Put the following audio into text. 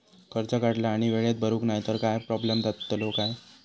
कर्ज काढला आणि वेळेत भरुक नाय तर काय प्रोब्लेम जातलो काय?